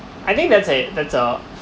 I think that's eh that's a